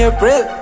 April